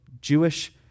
Jewish